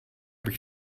bych